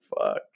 Fuck